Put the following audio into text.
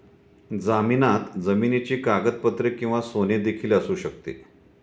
जामिनात जमिनीची कागदपत्रे किंवा सोने देखील असू शकते